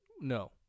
No